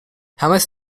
helmets